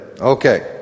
Okay